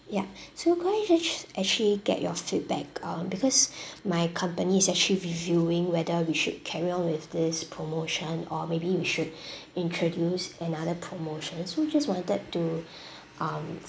ya so could I just actually get your feedback uh because my company is actually reviewing whether we should carry on with this promotion or maybe we should introduce another promotion so we just wanted to um